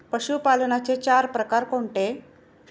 पशुपालनाचे चार प्रकार कोणते?